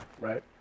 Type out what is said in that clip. Right